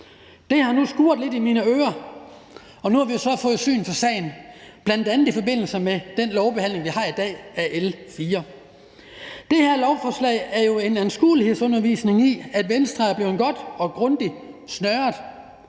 Det har nu skurret lidt i mine ører, og nu har vi jo så fået syn for sagen, bl.a. i forbindelse med den lovbehandling, vi har i dag, af L 4. Det her lovforslag er en anskuelighedsundervisning i, at Venstre er blevet godt og grundigt snøret